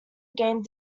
gained